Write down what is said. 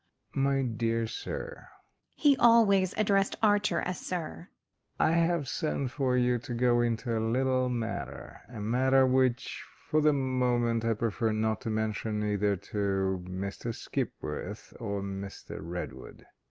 my dear sir he always addressed archer as sir i have sent for you to go into a little matter a matter which, for the moment, i prefer not to mention either to mr. skipworth or mr. redwood.